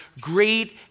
great